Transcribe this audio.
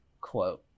quote